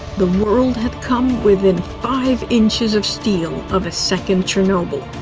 the world had come within five inches of steel of a second chernobyl.